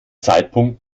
zeitpunkt